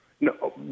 No